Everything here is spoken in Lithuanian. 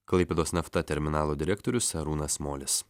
klaipėdos nafta terminalo direktorius arūnas molis